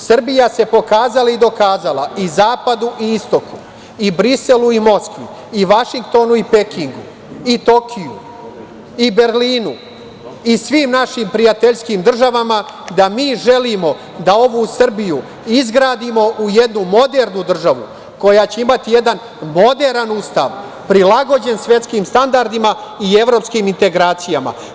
Srbija se pokazala i dokazala i zapadu i istoku, i Briselu i Moskvi, i Vašingtonu i Pekingu, i Tokiju, i Berlinu, i svim našim prijateljskim državama da mi želimo da ovu Srbiju izgradimo u jednu modernu državu koja će imati jedan moderan Ustav prilagođen svetskim standardima i evropskim integracijama.